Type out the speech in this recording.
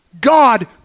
God